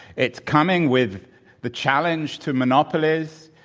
it's coming with the challenge to monopolies.